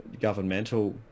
governmental